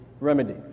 remedy